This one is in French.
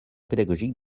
pédagogique